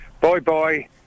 bye-bye